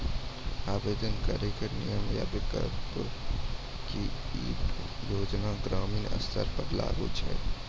आवेदन करैक नियम आ विकल्प? की ई योजना ग्रामीण स्तर पर लागू छै?